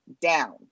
down